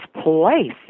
place